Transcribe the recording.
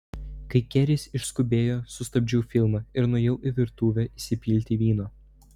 kai keris išskubėjo sustabdžiau filmą ir nuėjau į virtuvę įsipilti vyno